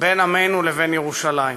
בין עמנו לבין ירושלים.